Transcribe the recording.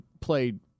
played –